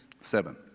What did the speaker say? Seven